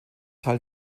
teil